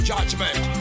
Judgment